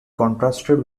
contrasted